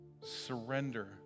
surrender